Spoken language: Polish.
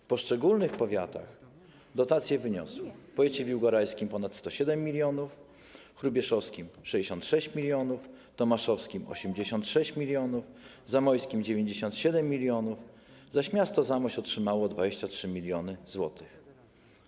W poszczególnych powiatach dotacje wyniosły: w powiecie biłgorajskim - ponad 107 mln, hrubieszowskim - 66 mln, tomaszowskim - 86 mln, zamojskim - 97 mln, zaś miasto Zamość otrzymało 23 mln zł.